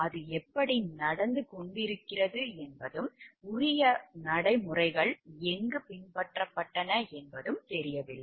அது எப்படி நடந்துகொண்டிருக்கிறது என்பதும் உரிய நடைமுறைகள் எங்கு பின்பற்றப்பட்டன என்பதும் தெரியவில்லை